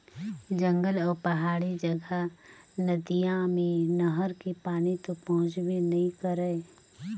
जंगल अउ पहाड़ी जघा नदिया मे नहर के पानी तो पहुंचबे नइ करय